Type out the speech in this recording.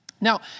Now